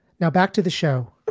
now back to the show